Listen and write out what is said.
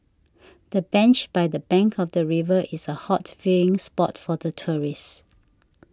the bench by the bank of the river is a hot viewing spot for the tourists